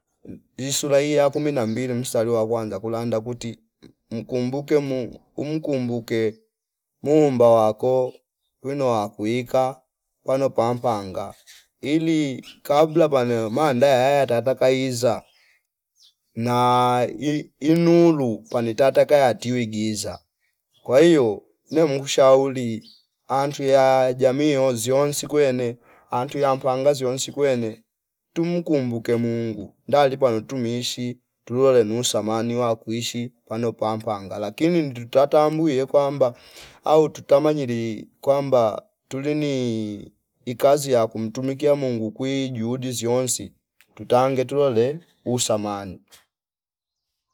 Insulai kumi na mbili mstari wa kwanza kula nda kuti mkumbuke Mungu umkumbuke muumba wako wino wa kuika pano pampapanga ili kabla pano manda ya tata kaiza na ii- inulu pani tata kaya tiwi giza kwa hio ne Mungu shauri antu wia jamii iyo nzio inswi kwene natu ya mpanga ziyo nsikwene tumkumbuke Mungu ndali pa no tumishi tulole nusamani wa kuishi pano pampapangala lakini ndu tatambuye kwamba au tutamanyili kwamba tuleni ikazi ya kumtumikia Mungu kwi juhudi ziwonsi tutange tulole usamani